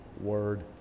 word